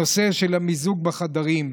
המיזוג בחדרים.